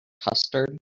custard